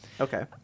okay